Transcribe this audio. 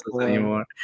anymore